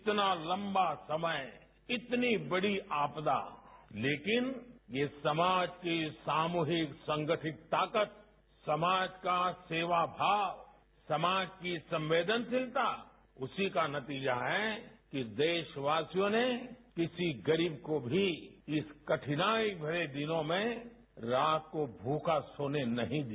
इतना लंबा समय इतनी बड़ी आपदा लेकिन ये समाज की सामूहिक संगठित ताकत समाज का सेवा भाव समाज की संवेदनशीलता उसी का नतीजा है कि देशवासियों ने किसी गरीव को भी इस कठिनाई भरे दिनों में रात को भूखा सोने नहीं दिया